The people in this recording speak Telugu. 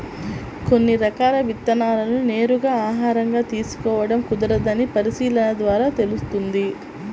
కొన్ని రకాల విత్తనాలను నేరుగా ఆహారంగా తీసుకోడం కుదరదని పరిశీలన ద్వారా తెలుస్తుంది